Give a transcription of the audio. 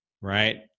right